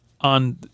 on